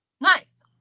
Nice